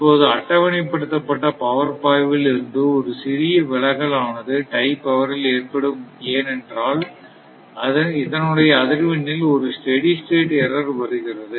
இப்போது அட்டவணைப்படுத்தப்பட்ட பவர் பாய்வில் இருந்து ஒரு சிறிய விலகல் ஆனது டை பவரில் ஏற்படும் ஏனென்றால் இதனுடைய அதிர்வெண்ணில் ஒரு ஸ்டெடி ஸ்டேட் எர்ரர் வருகிறது